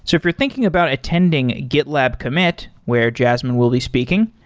so if you're thinking about attending gitlab commit, where jasmine will be speaking,